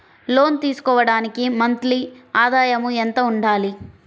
లోను తీసుకోవడానికి మంత్లీ ఆదాయము ఎంత ఉండాలి?